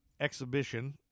exhibition